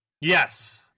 Yes